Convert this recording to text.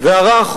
ומאחראי